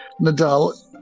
Nadal